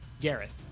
gareth